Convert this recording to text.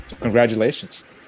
congratulations